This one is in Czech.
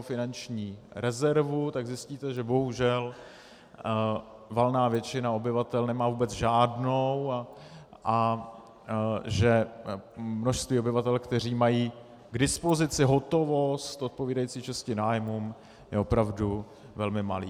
finanční rezervu, tak zjistíte, že bohužel valná většina obyvatel nemá vůbec žádnou a že množství obyvatel, kteří mají k dispozici hotovost odpovídající šesti nájmům, je opravdu velmi malé.